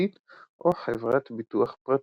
ממשלתית או חברת ביטוח פרטית.